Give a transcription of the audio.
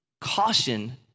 caution